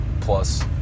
plus